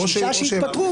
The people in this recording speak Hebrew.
או שישה שהתפטרו,